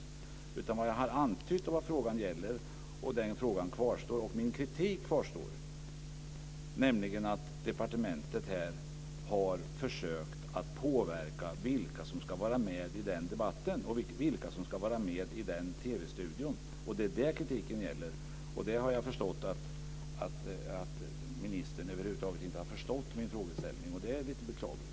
Det jag har antytt och det frågan gäller - och den frågan kvarstår liksom min kritik - är att departementet här har försökt att påverka vilka som ska vara med i den debatten och vilka som ska vara med i TV-studion. Det är det kritiken gäller. Jag har insett att ministern över huvud taget inte har förstått min frågeställning. Det är lite beklagligt.